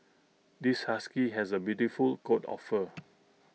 this husky has A beautiful coat of fur